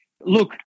Look